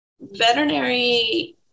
veterinary